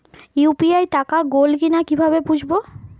UPI টাকা গোল কিনা কিভাবে বুঝব?